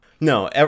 No